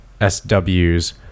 SWs